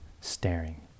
staring